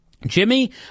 Jimmy